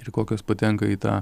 ir kokios patenka į tą